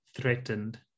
threatened